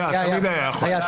תמיד הוא היה יכול.